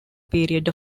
period